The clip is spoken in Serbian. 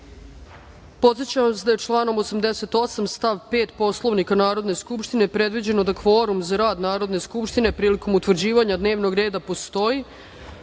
vas da je članom 88. stav 5. Poslovnika Narodne skupštine, predviđeno da kvorum za rad Narodne skupštine prilikom utvrđivanja dnevnog reda postoji,